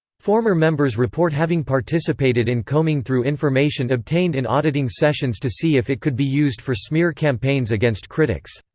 former members report having participated in combing through information obtained in auditing sessions to see if it could be used for smear campaigns against critics.